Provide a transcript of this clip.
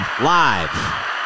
Live